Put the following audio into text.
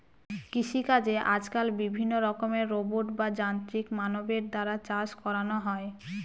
কৃষিকাজে আজকাল বিভিন্ন রকমের রোবট বা যান্ত্রিক মানবের দ্বারা কাজ করানো হয়